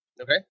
Okay